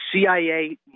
CIA